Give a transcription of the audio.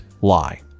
lie